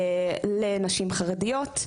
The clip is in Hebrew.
לנשים חרדיות,